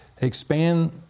expand